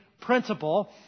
principle